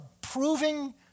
proving